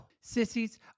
Sissies